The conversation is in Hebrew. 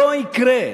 לא יקרה.